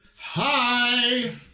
Hi